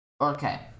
Okay